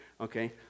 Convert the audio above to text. Okay